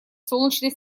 солнечной